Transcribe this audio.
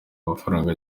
amafaranga